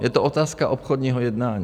Je to otázka obchodního jednání.